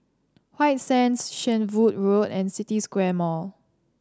White Sands Shenvood Road and City Square Mall